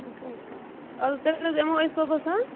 اچھا اچھا اَدٕ تیٚلہِ حظ یِمَو أسۍ صُبحَس ہہ